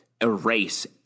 erase